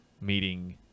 meeting